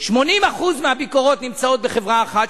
80% מהביקורות נמצאות בחברה אחת,